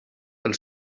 als